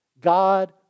God